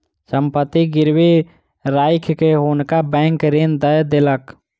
संपत्ति गिरवी राइख के हुनका बैंक ऋण दय देलक